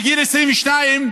בגיל 22,